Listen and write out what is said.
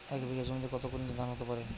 এক বিঘা জমিতে কত কুইন্টাল ধান হতে পারে?